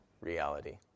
reality